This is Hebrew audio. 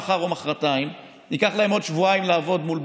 מחר ומוחרתיים זה יאושר בוועדה.